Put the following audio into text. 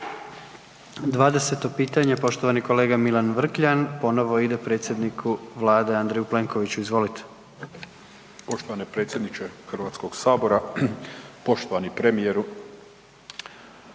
20. pitanje poštovani kolega Milan Vrkljan, ponovo ide predsjedniku Vlade Andreju Plenkoviću. Izvolite. **Vrkljan, Milan (DP)** Poštovani predsjedniče Hrvatskog sabora, poštovani premijeru